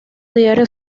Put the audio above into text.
diario